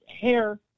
hair